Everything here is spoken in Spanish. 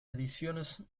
ediciones